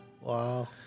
Wow